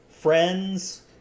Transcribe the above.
Friends